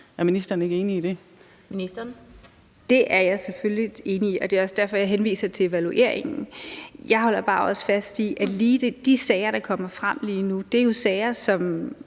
Kirkeministeren (Joy Mogensen): Det er jeg selvfølgelig enig i, og det er også derfor, jeg henviser til evalueringen. Jeg holder også bare fast i, at de sager, der kommer frem lige nu, jo er sager,